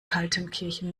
kaltenkirchen